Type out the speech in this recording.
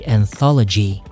Anthology